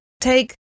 take